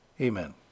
Amen